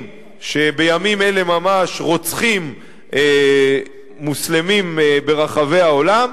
שבימים אלה ממש רוצחים מוסלמים ברחבי העולם,